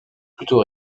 plutôt